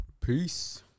peace